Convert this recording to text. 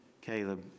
Caleb